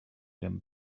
them